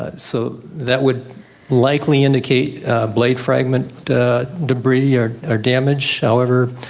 ah so that would likely indicate blade fragment debris or or damage, however